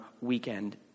weekend